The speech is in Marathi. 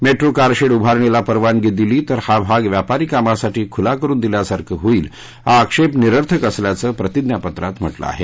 मेट्रो कारशेड उभारणीला परवानगी दिली तर हा भाग व्यापारी कामासाठी खुला करुन दिल्यासारखं होईल हा आक्षेप निरर्थक असल्याचं प्रतिज्ञापत्रात म्हटलं आहे